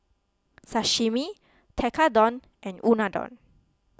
Sashimi Tekkadon and Unadon